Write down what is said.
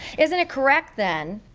isn't it correct, then,